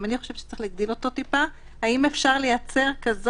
גם אני חושבת שצריך להגדיל אותו טיפה האם אפשר לייצר אותו